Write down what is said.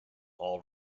all